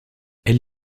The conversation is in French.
elle